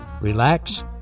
relax